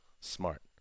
Smart